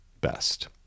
best